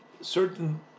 certain